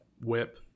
whip